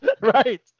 Right